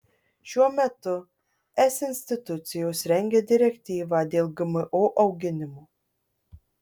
šiuo metu es institucijos rengia direktyvą dėl gmo auginimo